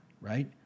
right